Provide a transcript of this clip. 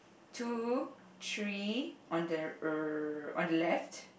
two three on the uh on the left